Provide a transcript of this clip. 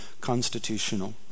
constitutional